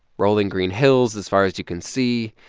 rolling green hills as far as you can see.